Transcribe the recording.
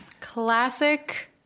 Classic